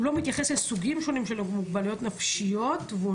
הוא לא מתייחס לסוגים שונים של מוגבלויות נפשיות והוא